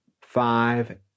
five